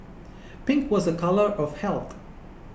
pink was a colour of health